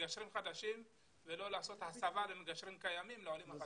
מגשרים חדשים ולא לעשות הסבה למגשרים קיימים לעולים החדשים.